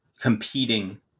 competing